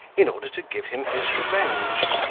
in order to give him his revenge.